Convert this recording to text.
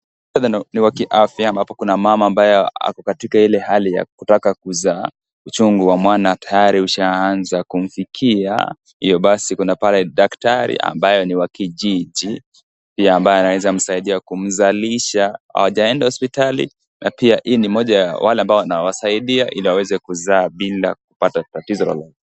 Muktadha ni wa afya ambapo kuna mama ambaye ako katika ile hali ya kutaka kuzaa, uchunu wa mwana tayari ushaanza kumfikia. Hivyo basi kuna daktari ambaye ni wa kijiji pia ambaye anaweza kumsaidia kumzalisha. Hawajaenda hospitali na pia hii ni moja ya wale ambao wanawasaidia ili waweze kuzaa bila kupata tatizo.